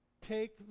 Take